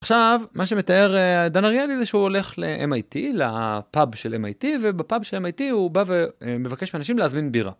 עכשיו מה שמתאר דן אריאלי זה שהוא הולך לאם.איי.טי, לפאב של אם.איי.טי ובפאב של אם.איי.טי הוא בא ומבקש אנשים להזמין בירה.